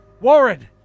Warren